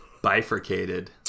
bifurcated